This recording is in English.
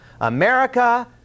America